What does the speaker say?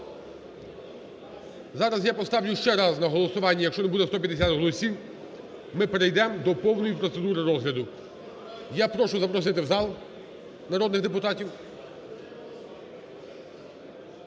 Зараз я поставлю ще раз на голосування. Якщо не буде 150 голосів, ми перейдемо до повної процедури розгляду. Я прошу запросити в зал народних депутатів.